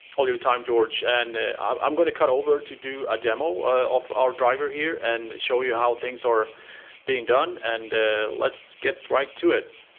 all your time george! and ah i'm going to cut over to do a demo of our driver here and show you how things are being done and let's get right to it!